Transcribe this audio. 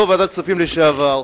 יושב-ראש ועדת הכספים לשעבר,